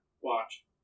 watch